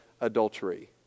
adultery